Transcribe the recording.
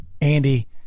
Andy